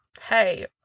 Hey